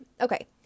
okay